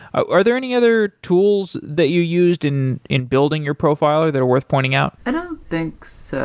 ah are there any other tools that you used in in building your profiler that are worth pointing out? i don't think so.